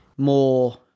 more